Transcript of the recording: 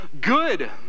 good